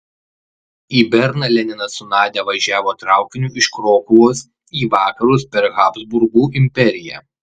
į berną leninas su nadia važiavo traukiniu iš krokuvos į vakarus per habsburgų imperiją